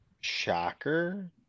Shocker